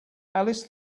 alice